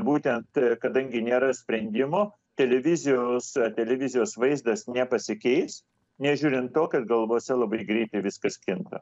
būtent kadangi nėra sprendimo televizijos televizijos vaizdas nepasikeis nežiūrint to kad galvose labai greitai viskas kinta